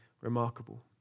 remarkable